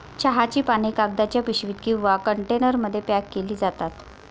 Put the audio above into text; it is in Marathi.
चहाची पाने कागदाच्या पिशवीत किंवा कंटेनरमध्ये पॅक केली जातात